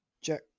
Jack